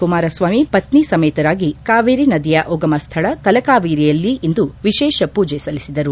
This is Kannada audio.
ಕುಮಾರಸ್ವಾಮಿ ಪತ್ನಿ ಸಮೇತರಾಗಿ ಕಾವೇರಿ ನದಿಯ ಉಗಮ ಸ್ಥಳ ತಲಕಾವೇರಿಯಲ್ಲಿ ಇಂದು ವಿಶೇಷ ಪೂಜೆ ಸಲ್ಲಿಸಿದರು